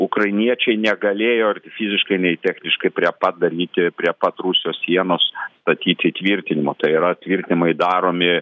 ukrainiečiai negalėjo ir fiziškai nei techniškai prie pat daryti prie pat rusijos sienos statyti įtvirtinimų tai yra tvirtinimai daromi